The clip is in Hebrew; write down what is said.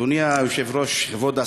אדוני היושב-ראש, כבוד השר,